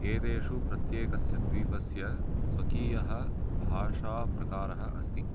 एतेषु प्रत्येकस्य द्वीपस्य स्वकीयः भाषाप्रकारः अस्ति